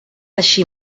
així